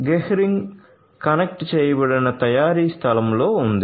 Gehring connect చేయబడిన తయారీ స్థలంలో ఉంది